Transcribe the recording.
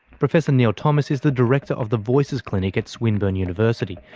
professor neil thomas is the director of the voices clinic at swinburne university,